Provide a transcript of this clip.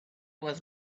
was